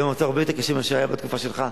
היום הרבה יותר קשה ממה שהיה בתקופה שלך,